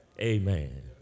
amen